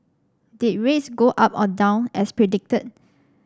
did rates go up or down as predicted